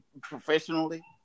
professionally